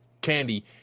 Candy